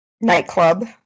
nightclub